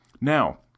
Now